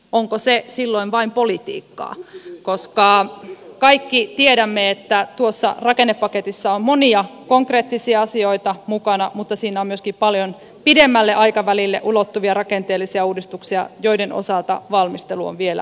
onko se silloin vain politiikkaa koska kaikki tiedämme että tuossa rakennepaketissa on monia konkreettisia asioita mukana mutta siinä on myöskin paljon pidemmälle aikavälille ulottuvia rakenteellisia uudistuksia joiden osalta valmistelu on vielä kesken